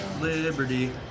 liberty